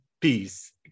peace